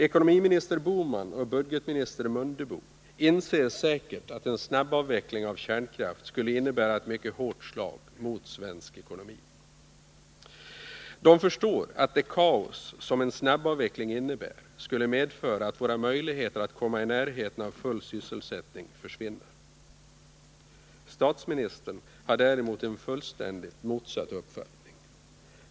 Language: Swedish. Ekonomiminister Bohman och budgetminister Mundebo inser säkert att en snabbavveckling av kärnkraften skulle innebära ett mycket hårt slag mot svensk ekonomi. De förstår att det kaos som en snabbavveckling innebär skulle medföra att våra möjligheter att komma i närheten av full sysselsättning försvinner. Statsministern däremot har en fullständigt motsatt uppfattning.